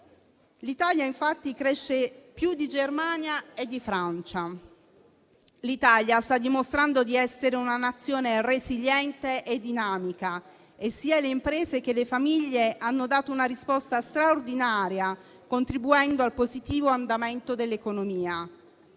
L'Italia infatti cresce più della Germania e della Francia. L'Italia sta dimostrando di essere una nazione resiliente e dinamica; sia le imprese che le famiglie hanno dato una risposta straordinaria, contribuendo al positivo andamento dell'economia.